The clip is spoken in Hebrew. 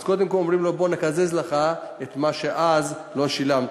אז קודם כול אומרים לו: בוא נקזז לך את מה שאז לא שילמת,